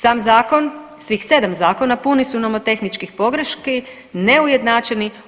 Sam zakon, svih 7 zakona puni su nomotehničkih pogreški, neujednačeni.